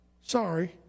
sorry